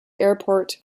airport